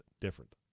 different